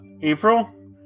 April